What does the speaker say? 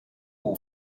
who